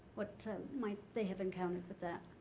what might they have encountered with that?